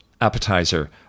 appetizer